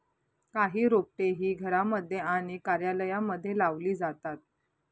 काही रोपटे ही घरांमध्ये आणि कार्यालयांमध्ये लावली जातात